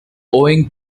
owing